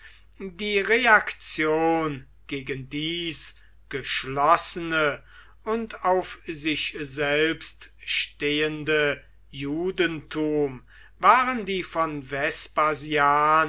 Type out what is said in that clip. die reaktion gegen dies geschlossene und auf sich selbst stehende judentum waren die von